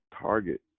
Target